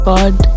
God